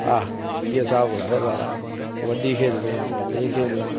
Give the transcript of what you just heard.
इ'यै स्हाब कबड्डी खेढनी एह् खेढना